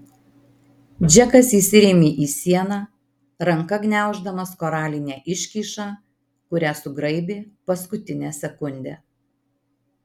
džekas įsirėmė į sieną ranka gniauždamas koralinę iškyšą kurią sugraibė paskutinę sekundę